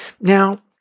Now